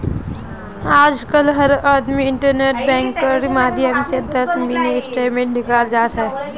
आजकल हर आदमी इन्टरनेट बैंकिंगेर माध्यम स दस मिनी स्टेटमेंट निकाल जा छ